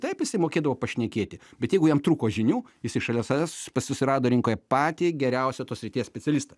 taip jisai mokėdavo pašnekėti bet jeigu jam trūko žinių jisai šalia savęs susirado rinkoje patį geriausią tos srities specialistą